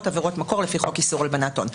עבירות מקור לפי חוק איסור הלבנת הון.